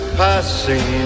passing